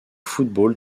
football